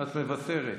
את מוותרת,